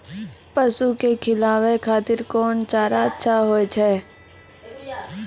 पसु के खिलाबै खातिर कोन चारा अच्छा होय छै?